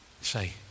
say